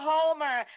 Homer